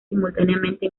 simultáneamente